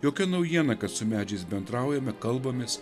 jokia naujiena kad su medžiais bendraujame kalbamės